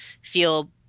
feel